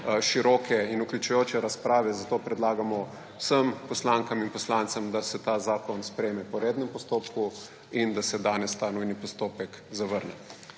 široke in vključujoče razprave, zato predlagamo vsem poslankam in poslancem, da se ta zakon sprejme po rednem postopku in da se danes ta nujni postopek zavrne.